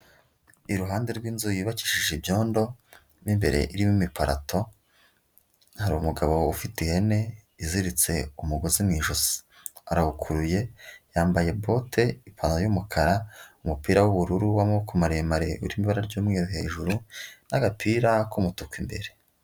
Iruhande rw'inzu yubakishije ibyondo mo imbere irimo imiparato, hari umugabo ufite ihene iziritse umugozi mu ijosi, arawukuruye, yambaye bote, ipantaro y'umukara, umupira w'ubururu w'amaboko maremare urimo ibara ry'umweru hejuru n'agapira k'umutuku imbere.